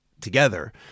together